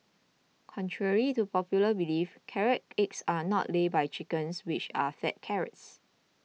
contrary to popular belief carrot eggs are not laid by chickens which are fed carrots